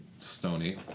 stony